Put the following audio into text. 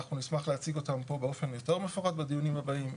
אנחנו נשמח להציג אותם פה באופן יותר מפורט בדיונים הבאים.